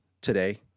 today